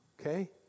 Okay